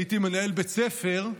הייתי מנהל בית ספר.